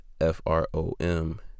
F-R-O-M